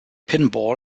pinball